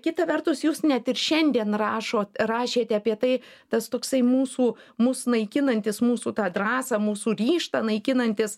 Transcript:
kita vertus jūs net ir šiandien rašot rašėte apie tai tas toksai mūsų mus naikinantis mūsų tą drąsą mūsų tą ryžtą naikinantys